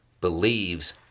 believes